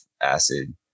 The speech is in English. acid